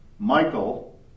Michael